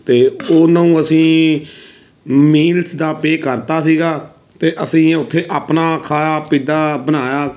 ਅਤੇ ਉਹ ਨੂੰ ਅਸੀਂ ਮੀਲਸ ਦਾ ਪੇ ਕਰਤਾ ਸੀਗਾ ਅਤੇ ਅਸੀਂ ਉੱਥੇ ਆਪਣਾ ਖਾ ਪਿਗਾ ਬਣਾਇਆ